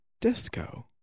disco